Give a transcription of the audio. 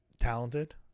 talented